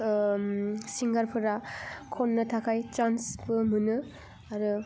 सिंगारफोरा खन्नो थाखाय चान्सबो मोनो आरो